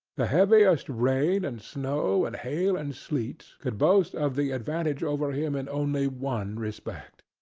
the heaviest rain, and snow, and hail, and sleet, could boast of the advantage over him in only one respect.